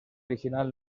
original